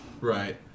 Right